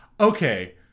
okay